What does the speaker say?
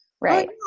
right